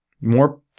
more